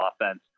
offense